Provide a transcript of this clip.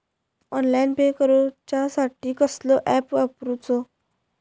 Online pay करूचा साठी कसलो ऍप वापरूचो?